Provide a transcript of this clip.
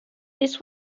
this